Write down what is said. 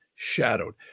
shadowed